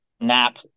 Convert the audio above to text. Nap